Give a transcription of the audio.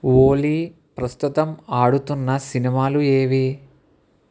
ఓలి ప్రస్తుతం ఆడుతున్న సినిమాలు ఏవి